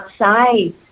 outside